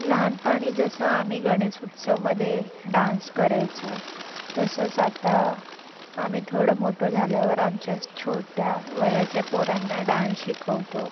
लहानपणी जसं आम्ही गणेश उत्सवमध्ये डांस करायचो तसंच आता आम्ही थोडं मोठं झाल्यावर आमच्या छोट्या वयाच्या पोरांना डांस शिकवतो